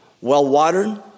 well-watered